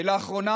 ולאחרונה,